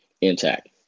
intact